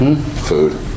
food